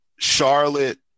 Charlotte